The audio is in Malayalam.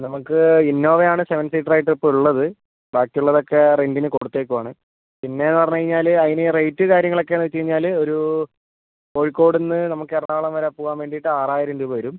നമുക്ക് ഇന്നോവയാണ് സെവൻ സീറ്ററായിട്ട് ഇപ്പം ഉള്ളത് ബാക്കിയുള്ളതൊക്കെ റെന്റിനു കൊടുത്തേക്കുവാണ് പിന്നെന്ന് പറഞ്ഞുകഴിഞ്ഞാൽ അതിന് റേറ്റ് കാര്യങ്ങളൊക്കെ വെച്ച് കഴിഞ്ഞാൽ ഒരു കോഴിക്കോടിന്ന് നമുക്ക് എറണാകുളം വരെ പോവാൻ വേണ്ടീട്ട് ആറായിരം രൂപവരും